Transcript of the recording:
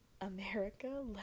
America